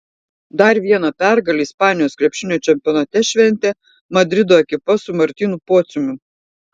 dar vieną pergalę ispanijos krepšinio čempionate šventė madrido ekipa su martynu pociumi